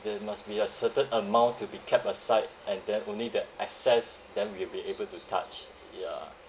there must be a certain amount to be kept aside and then only the excess then will be able to touch ya